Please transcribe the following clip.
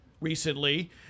recently